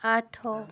ଆଠ